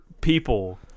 people